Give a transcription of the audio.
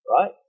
right